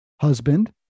Husband